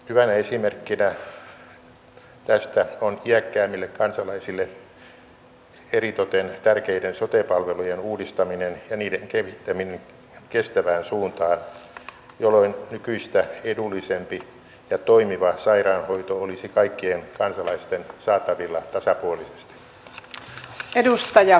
hyvänä esimerkkinä tästä on iäkkäimmille kansalaisille eritoten tärkeiden sote palvelujen uudistaminen ja niiden kehittäminen kestävään suuntaan jolloin nykyistä edullisempi ja toimiva sairaanhoito olisi kaikkien kansalaisten saatavilla tasapuolisesti